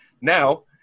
Now